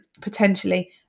potentially